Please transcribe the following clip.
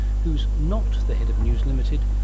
who's not the head of news ltd,